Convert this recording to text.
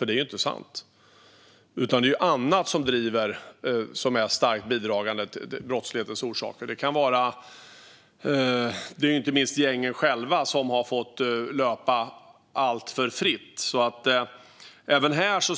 Och det är inte sant, utan det är andra orsaker som är starkt bidragande till brottsligheten, inte minst att gängen har fått löpa alltför fritt. Jag